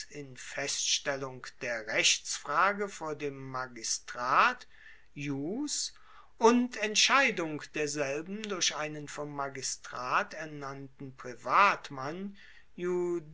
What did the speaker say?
in feststellung der rechtsfrage vor dem magistrat ius und entscheidung derselben durch einen vom magistrat ernannten privatmann